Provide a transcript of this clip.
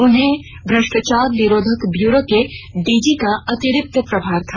उन्हें भ्रष्टाचार निरोधक ब्यूरो के डीजी का अतिरिक्त प्रभार था